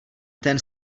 ten